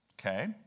Okay